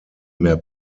mehr